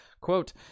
Quote